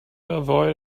avoid